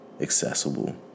accessible